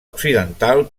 occidental